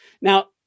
Now